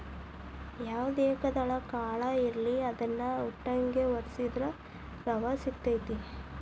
ಯಾವ್ದ ಏಕದಳ ಕಾಳ ಇರ್ಲಿ ಅದ್ನಾ ಉಟ್ಟಂಗೆ ವಡ್ಸಿದ್ರ ರವಾ ಸಿಗತೈತಿ